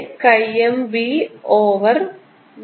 ഇവിടെ m എന്നാൽ chi m തവണ അകത്തുള്ള h ആണ്